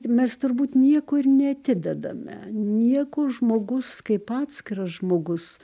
mes turbūt nieko ir neatidedame nieko žmogus kaip atskiras žmogus